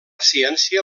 ciència